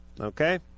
Okay